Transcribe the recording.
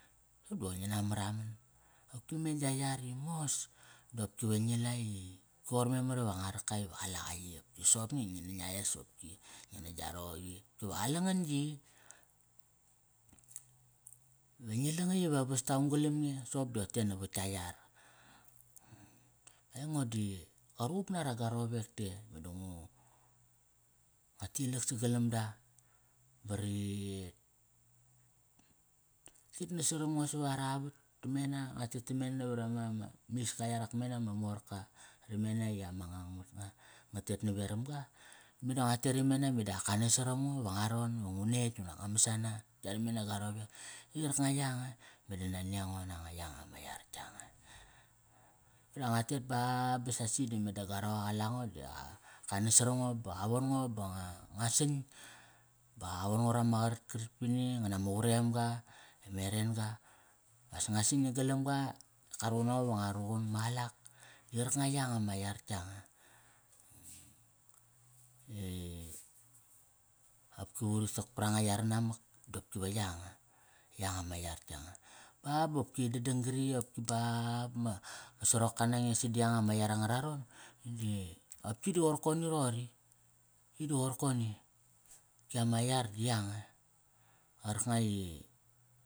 Soqop di qoi ngi mara man. Qopki me gia yar mos di qopki ve ngi i qoir memar i va nga raka iva qalaqa yi. Qopki soqop nge ngi na ngia es qopki, ngi na gia roqi. Ki va qalre ngam yi. Ve ngi langatk iva vas ta aung galam nge, soqop dote navat tka yar. Aingo di ga ruquqp nara ga rowek te. Meda ngu ngua tilak sagalam da ba ri, rit nas saram ngo savaravat tamena, ngua tet tamena naveram ma, ma, miska yarak mena ma morka. Ramena i ama ngan mat nga, nga tet naveram ga, meda nga tet imena meda ak ka nas saram ngo iva nga ron iva ngu netk inak ngu masana yare mena ga rowek. Di qarkanga yanga. Meda nani ango nanga yanga ma yar yanga. Meda nga tet ba ba sasi di meda ga roqa qa la ngo da qa, ka nas saram ngo ba qa von ngo ba nga, nga sing. Ba qa von ngo rama qarat karat pini nga ba ma quremga ba me eren-ga. Ba as nga sing na galamga. Ka ruqun mango iva nga ruqun maqatak. Di qarkanga yanga ma yar tkanga. I qopki uri yak paranga yara namak dopki va yanga. Yanga ma yar yanga. Ba bopki dadang gri opki ba ba ma saroka nange sa di yanga ma yar angara ron, di aop yi di qoir kom roqori. Yi di qoir koni qopi ama yar di yanga.